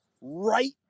right